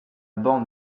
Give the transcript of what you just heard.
bande